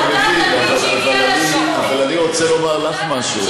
אני רוצה לומר לך משהו.